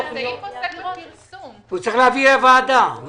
הוא צריך להביא לוועדה.